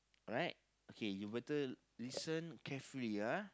right okay you better listen carefully ah